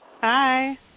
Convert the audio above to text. Hi